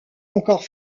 encore